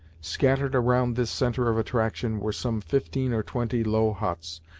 scattered around this centre of attraction, were some fifteen or twenty low huts,